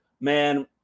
Man